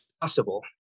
possible